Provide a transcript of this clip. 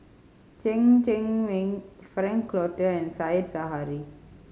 Chen Cheng Mei Frank Cloutier and Said Zahari